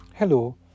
Hello